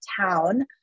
town